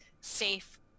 safe